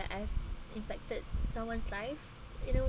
I've impacted someone's life in a